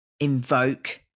invoke